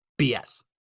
BS